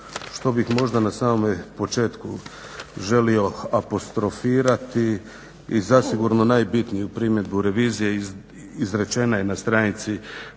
što bih možda na samome početku želio apostrofirati i zasigurno najbitniju primjedbu revizije izrečena je na stranici